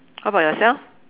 how about yourself